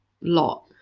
lot